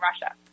Russia